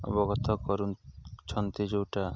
ଅବଗତ କରୁଛନ୍ତି ଯେଉଁଟା